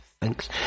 thanks